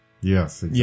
yes